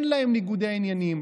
אין להם ניגודי עניינים.